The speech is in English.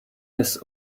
his